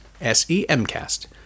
S-E-M-Cast